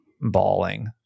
bawling